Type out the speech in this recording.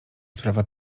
sprawa